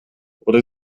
oder